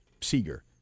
Seeger